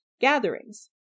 Gatherings